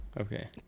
okay